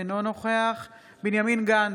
אינו נוכח בנימין גנץ,